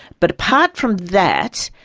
but apart from that,